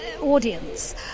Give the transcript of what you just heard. audience